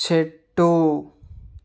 చెట్టు